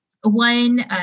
One